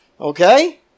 Okay